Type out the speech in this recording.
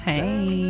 Hey